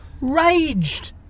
Raged